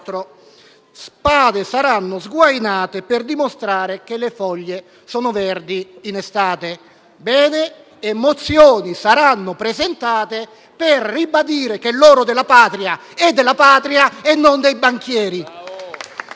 Spade saranno sguainate per dimostrare che le foglie sono verdi in estate». Bene, e mozioni saranno presentate per ribadire che l'oro della Patria è della Patria e non dei banchieri.